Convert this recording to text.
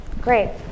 great